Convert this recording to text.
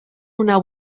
una